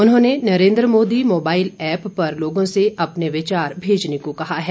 उन्होंने Narendra Modi mobile app पर लोगों से अपने विचार भेजने को कहा है